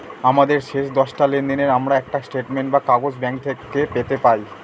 আমাদের শেষ দশটা লেনদেনের আমরা একটা স্টেটমেন্ট বা কাগজ ব্যাঙ্ক থেকে পেতে পাই